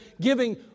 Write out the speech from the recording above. giving